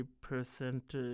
percent